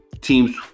teams